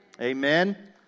Amen